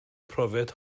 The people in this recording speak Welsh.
profiad